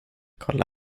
kolla